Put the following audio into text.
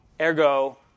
ergo